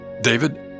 David